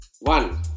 One